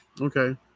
Okay